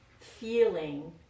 feeling